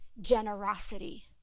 generosity